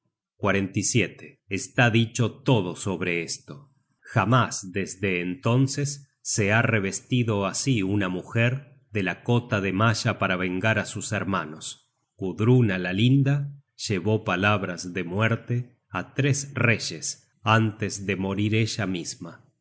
la ardiente llama está dicho todo sobre esto jamás desde entonces se ha revestido así una mujer de la cota de malla para vengar á sus hermanos gudruna la linda llevó palabras de muerte á tres reyes antes de morir ella misma